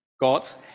God's